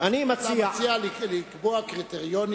אתה מציע לקבוע קריטריונים